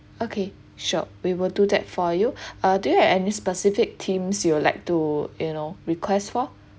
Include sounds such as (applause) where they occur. okay sure we will do that for you (breath) uh do you have any specific themes you would like to you know request for